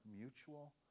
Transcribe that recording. mutual